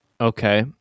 Okay